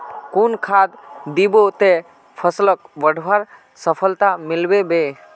कुन खाद दिबो ते फसलोक बढ़वार सफलता मिलबे बे?